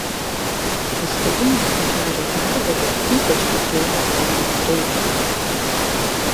paskutinė safario pergalė ypač pakėlė suomio reitingą